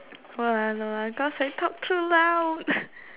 what ah no lah cause I talk too loud